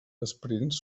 esprints